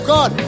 God